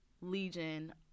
legion